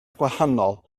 gwahanol